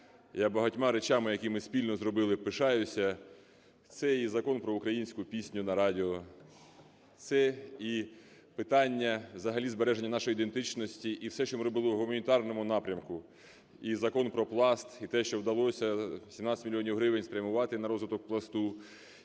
я багатьма речами, які ми спільно зробили, пишаюся. Це і Закон про українську пісню на радіо, це і питання взагалі збереження нашої ідентичності, і все, що ми робили в гуманітарному напрямку, і Закон про Пласт, і те, що вдалося 17 мільйонів гривень спрямувати на розвиток Пласту,